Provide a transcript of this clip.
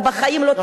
את בחיים לא תחזרי.